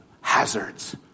hazards